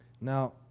Now